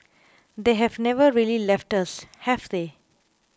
they have never really left us have they